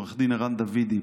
עו"ד ערן דוידי,